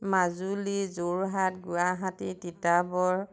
Majuli Jorhat Guwahati Titabar